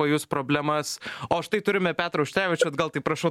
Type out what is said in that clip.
pajus problemas o štai turime petrą auštrevičių atgal tai prašau